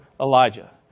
Elijah